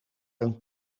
een